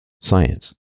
science